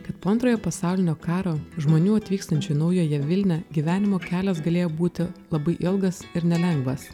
kad po antrojo pasaulinio karo žmonių atvykstančių į naująją vilnią gyvenimo kelias galėjo būti labai ilgas ir nelengvas